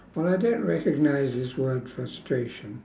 well I don't recognise this word frustration